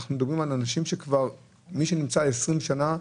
שאנחנו מדברים על נשים שמי שנמצא 20 שנים,